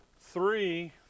three